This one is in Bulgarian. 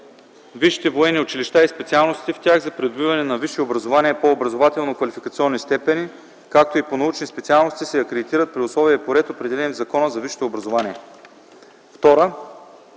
Висшите военни училища и специалностите в тях за придобиване на висше образование по образователно-квалификационни степени, както и по научни специалности се акредитират при условия и по ред, определени в Закона за висшето образование.